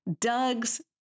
Doug's